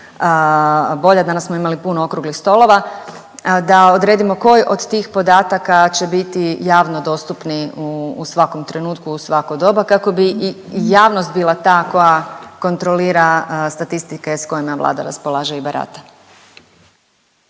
bolja. Danas smo imali puno okruglih stolova da odredimo koji od tih podataka će biti javno dostupni u svakom trenutku u svako doba kako bi i javnost bila ta koja kontrolira statistike sa kojima Vlada raspolaže i barata.